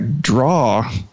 draw